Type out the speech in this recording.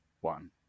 one